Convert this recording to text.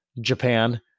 Japan